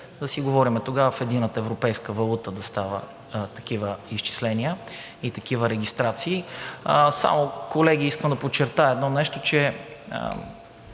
да си говорим тогава в единната европейска валута да стават такива изчисления и такива регистрации. Само, колеги, искам да подчертая едно нещо, че